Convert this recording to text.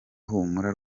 humura